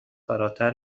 فراتر